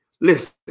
Listen